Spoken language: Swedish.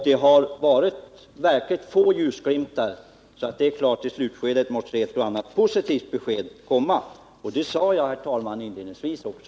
Det har funnits få ljuspunkter, men det är klart att i slutskedet måste ett och annat positivt besked komma, vilket jag, herr talman, också sade inledningsvis.